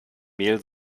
mel